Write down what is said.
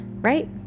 right